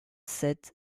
sept